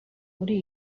muri